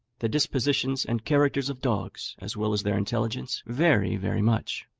the dispositions and characters of dogs, as well as their intelligence, vary very much.